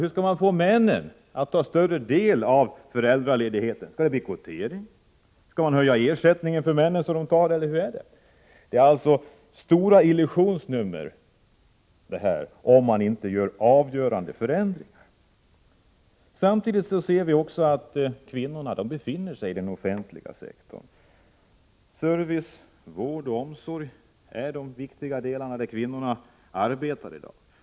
Hur skall man få männen att ta större del av föräldraledigheten? Skall det bli kvotering? Skall man höja ersättningen för männen så att de tar sin del av ledigheten? Detta är alltså stora illusionsnummer, om man inte åstadkommer avgörande förändringar. Samtidigt ser vi också att kvinnorna befinner sig i den offentliga sektorn. Service, vård och omsorg är de viktiga områden inom vilka kvinnorna arbetar i dag.